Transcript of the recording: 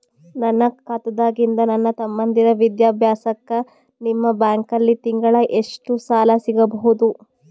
ನನ್ನ ಖಾತಾದಾಗಿಂದ ನನ್ನ ತಮ್ಮಂದಿರ ವಿದ್ಯಾಭ್ಯಾಸಕ್ಕ ನಿಮ್ಮ ಬ್ಯಾಂಕಲ್ಲಿ ತಿಂಗಳ ಎಷ್ಟು ಸಾಲ ಸಿಗಬಹುದು?